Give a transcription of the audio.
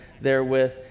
therewith